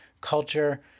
culture